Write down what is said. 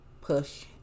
push